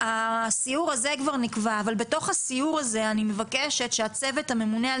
הסיור הזה כבר נקבע אבל בתוך הסיור הזה אני מבקשת שהצוות שממונה על